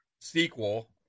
sequel